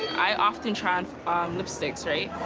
i often try on lipsticks, right.